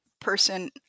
person